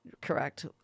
correct